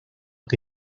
que